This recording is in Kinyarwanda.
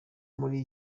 muri